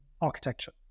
architecture